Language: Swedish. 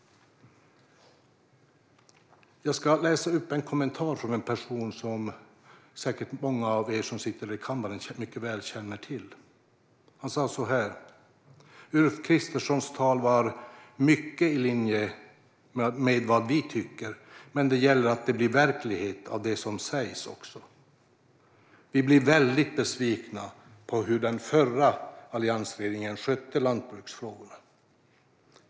Jag ska läsa upp en kommentar från en person som säkert många av er som sitter i kammaren mycket väl känner till. Han sa så här: "Ulf Kristerssons tal var mycket i linje med vad vi tycker i LRF. Men det gäller att det blir verklighet av det som sägs också. Vi blev väldigt besvikna på hur den förra alliansregeringen skötte lantbruksfrågorna.